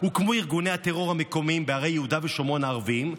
הוקמו ארגוני הטרור המקומיים בערי יהודה ושומרון הערביות.